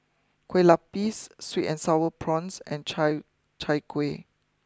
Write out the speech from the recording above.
Kueh Lupis sweet and Sour Prawns and Chai Chai Kuih